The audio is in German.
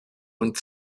und